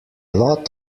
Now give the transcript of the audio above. lot